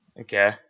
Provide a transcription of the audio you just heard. Okay